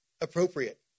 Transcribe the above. appropriate